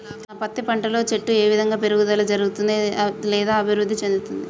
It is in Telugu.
నా పత్తి పంట లో చెట్టు ఏ విధంగా పెరుగుదల జరుగుతుంది లేదా అభివృద్ధి చెందుతుంది?